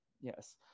Yes